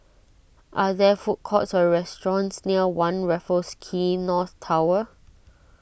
are there food courts or restaurants near one Raffles Quay North Tower